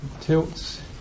tilts